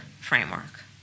framework